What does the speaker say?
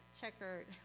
checkered